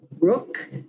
Rook